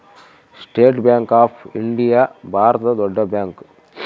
state bank of India ಭಾರತದ ದೊಡ್ಡ bank